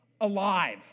alive